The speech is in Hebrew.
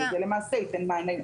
וזה למעשה ייתן מענה.